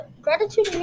Gratitude